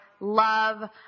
love